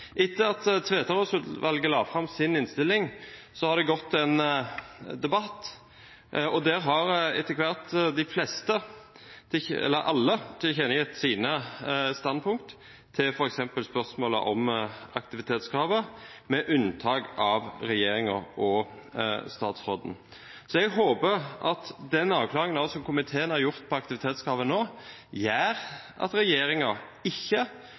Etter at Tveterås-utvalget la fram sin innstilling, har det gått en debatt. Der har etter hvert alle tilkjennegitt sine standpunkter til f.eks. spørsmålet om aktivitetskravet, med unntak av regjeringen og statsråden. Jeg håper at den avklaringen som komiteen nå har gjort når det gjelder aktivitetskravet, gjør at regjeringen ikke